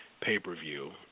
pay-per-view